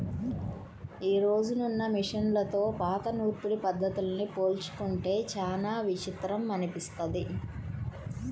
యీ రోజునున్న మిషన్లతో పాత నూర్పిడి పద్ధతుల్ని పోల్చుకుంటే చానా విచిత్రం అనిపిస్తది